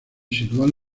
sitúan